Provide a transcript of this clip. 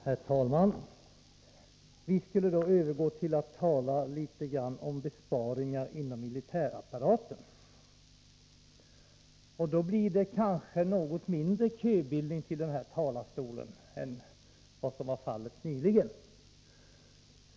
Herr talman! Vi skall nu övergå till att tala om besparingar inom militärapparaten. Då blir det kanske inte så stor köbildning till den här talarstolen som nyss var fallet.